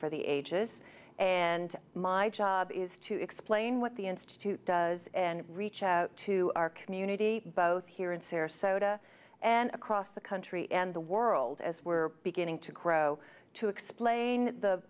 for the ages and my job is to explain what the institute does and reach out to our community both here in sarasota and across the country and the world as we're beginning to grow to explain the